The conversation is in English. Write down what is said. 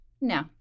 no